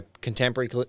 contemporary